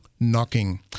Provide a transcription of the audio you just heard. Knocking